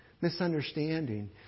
misunderstanding